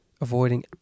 avoiding